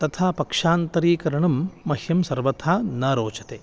तथा पक्षान्तरीकरणं मह्यं सर्वथा न रोचते